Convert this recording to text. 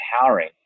empowering